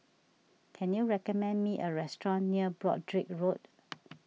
can you recommend me a restaurant near Broadrick Road